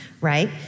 right